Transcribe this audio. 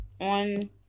on